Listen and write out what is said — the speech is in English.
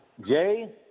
Jay